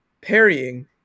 parrying